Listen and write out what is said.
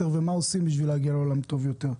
ומה עושים בשביל להגיע לעולם טוב יותר.